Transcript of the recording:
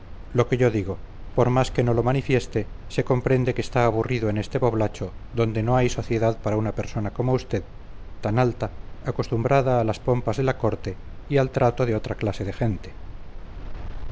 lo que yo digo por más que no lo manifieste se comprende que está aburrido en este poblacho donde no hay sociedad para una persona como usted tan alta acostumbrada a las pompas de la corte y al trato de otra clase de gente